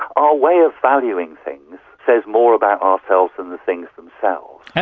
our way of valuing things says more about ourselves than the things themselves.